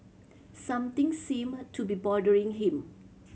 something seem to be bothering him